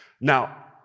Now